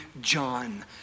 John